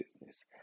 business